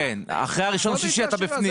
כן, אחרי ה-1.6 אתה בפנים.